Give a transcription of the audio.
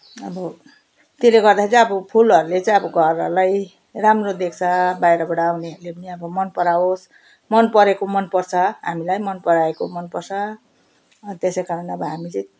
अब त्यसले गर्दाखेरि चाहिँ अब फुलहरूले चाहिँ अब घरहरूलाई राम्रो देख्छ बाहिरबाट आउनेहरूले पनि अब मनपराओस् मनपरेको मनपर्छ हामीलाई मनपराएको मनपर्छ त्यसै कारण अब हामी चाहिँ